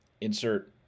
Insert